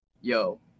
yo